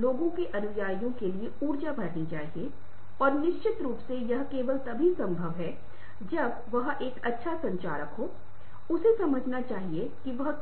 इसलिए इन क्षेत्रों ने उसे मेरे क्षेत्र दूसरे व्यक्ति और इन सामाजिक समायोजन के बारे में थोड़ा बहुत जानकारी दी जो कि अशाब्दिक संचार के संदर्भ में होता है और